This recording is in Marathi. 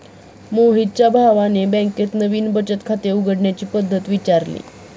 मोहितच्या भावाने बँकेत नवीन बचत खाते उघडण्याची पद्धत विचारली